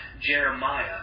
Jeremiah